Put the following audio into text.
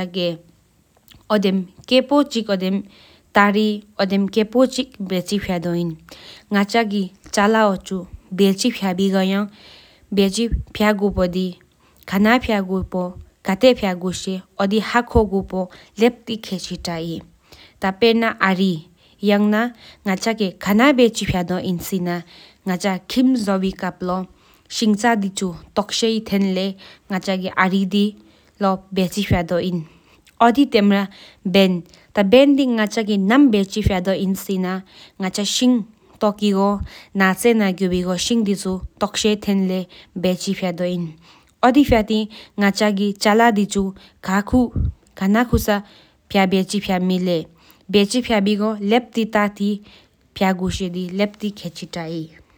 ཐ་གདོག་སྤུལ་ཨ་ཁལ་མ་ལ་ནུའོད་ཕར་ང་གང་ རྒེང་ཐའ་སྐུལ་ཀྐ་གདོག་ལ་གྱང་བུག་ཅ་ཀྟའ་ཏེ་ཚིག་མ་ལ་ཀྐ་གདོག་ལ་ཆེ་ལྗང་ཧེ་ལ།